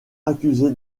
accusé